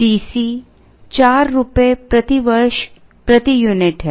C c 4 रुपए प्रति वर्ष प्रति यूनिट है